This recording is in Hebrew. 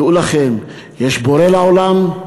דעו לכם שיש בורא לעולם,